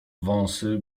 wąsy